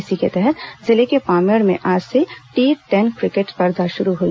इसी के तहत जिले के पामेड़ में आज से टी टेन क्रिकेट स्पर्धा शुरू हुई